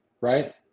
right